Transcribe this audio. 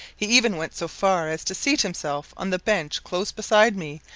he even went so far as to seat himself on the bench close beside me,